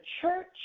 church